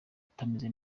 utameze